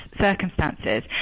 circumstances